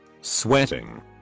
Sweating